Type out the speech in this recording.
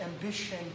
ambition